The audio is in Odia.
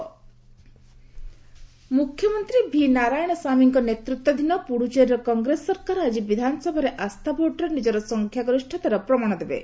ପୁଡ଼ୁଚେରୀ ବିଧାନସଭା ମୁଖ୍ୟମନ୍ତ୍ରୀ ଭି ନାରାୟଣ ସ୍ୱାମୀଙ୍କ ନେତୃତ୍ୱାଧୀନ ପୁଡୁଚେରୀର କଂଗ୍ରେସ ସରକାର ଆଜି ବିଧାନସଭାରେ ଆସ୍ଥା ଭୋଟରେ ନିଜର ସଂଖ୍ୟା ଗରିଷ୍ଠତାର ପ୍ରମାଣ ଦେବେ